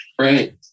right